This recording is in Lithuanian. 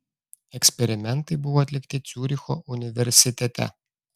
eksperimentai buvo atlikti ciuricho universitete